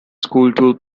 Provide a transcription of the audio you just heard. schooltool